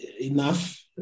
enough